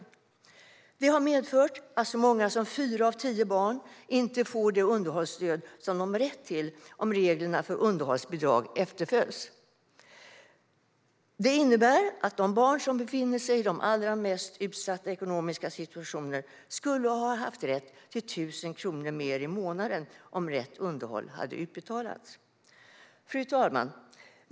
Detta har medfört att så många som fyra av tio barn inte får det underhållsstöd som de har rätt till om reglerna för underhållsbidrag efterföljs. Det innebär att de barn som befinner sig i de allra mest utsatta ekonomiska situationerna skulle ha haft rätt till 1 000 kronor mer i månaden, om rätt underhåll hade utbetalats. Fru talman!